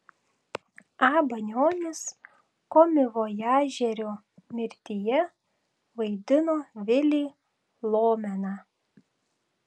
a banionis komivojažerio mirtyje vaidino vilį lomeną